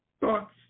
Thoughts